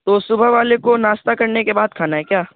تو صبح والے کو ناشتہ کرنے کے بعد کھانا ہے کیا